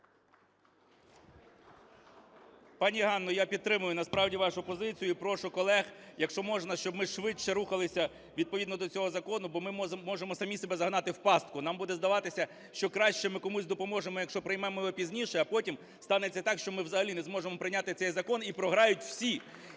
Пані Ганно, я підтримую насправді вашу позицію. І прошу колег, якщо можна, щоб ми швидше рухалися відповідно до цього закону, бо ми можемо самі себе загнати в пастку. Нам буде здаватися, що краще ми комусь допоможемо, якщо приймемо ми пізніше, а потім станеться так, що ми взагалі не зможемо прийняти цей закон, і програють всі: